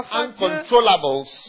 uncontrollables